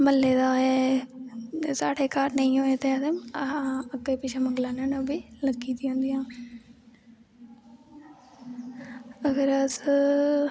मह्ल्ले दा ऐ साढ़े घर नेंई होऐ ते अस अग्गैं पिच्छैं मंगी लैन्ने होन्ने ओह् बी लग्गी दी होंदी ऐ अगर अस